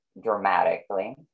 dramatically